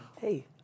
Hey